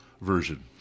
version